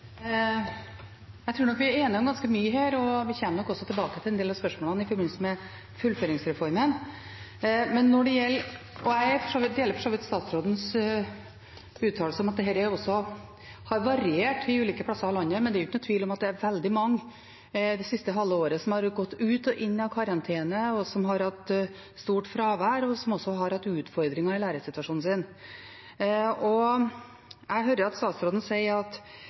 om ganske mye her, og vi kommer nok også tilbake til en del av spørsmålene i forbindelse med fullføringsreformen. Og jeg er for så vidt enig i statsrådens uttalelse om at dette også har variert ulike plasser av landet, men det er ingen tvil om at det er veldig mange det siste halve året som har gått ut og inn av karantene, som har hatt stort fravær, og som også har hatt utfordringer i læresituasjonen sin. Jeg hører statsråden si at det må lovendringer til, og at